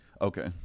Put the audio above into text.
Okay